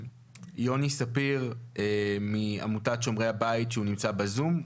ליוני ספיר מעמותת שומרי הבית, שנמצא בזום.